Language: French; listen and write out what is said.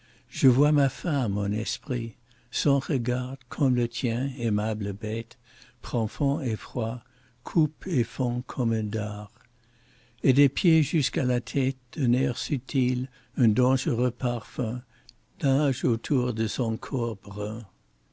je vois ma femme en esprit son regard comme le tien aimable bête profond et froid coupe et fend comme un dard et des pieds jusques à la tête un air subtil un dangereux parfum nagent autour de son corps